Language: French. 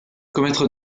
commettre